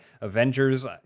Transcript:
Avengers